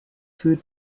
food